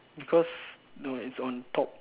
because no it's on top